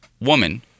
woman